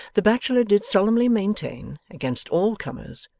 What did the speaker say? the bachelor did solemnly maintain, against all comers,